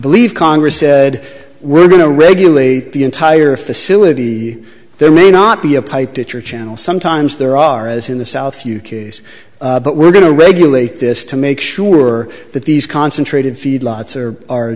believe congress said we're going to regulate the entire facility there may not be a pipe to your channel sometimes there are as in the south you case but we're going to regulate this to make sure that these concentrated feedlots or are